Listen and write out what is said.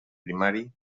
primari